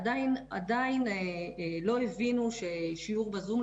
עדיין לא הבינו ששיעור בזום,